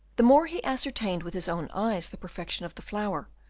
the more he ascertained with his own eyes the perfection of the flower,